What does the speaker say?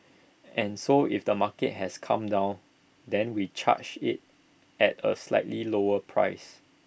and so if the market has come down then we charge IT at A slightly lower price